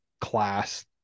class